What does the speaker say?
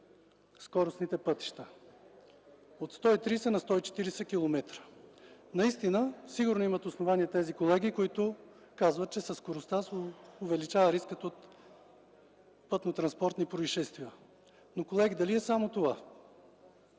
скоростните пътища – от 130 на 140 километра. Сигурно имат основания колегите, които казват, че със скоростта се увеличава рискът от пътнотранспортни произшествия. Колеги, дали обаче е само това?